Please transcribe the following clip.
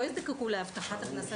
לא יזדקקו להבטחת הכנסה,